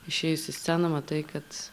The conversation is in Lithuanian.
išėjus į sceną matai kad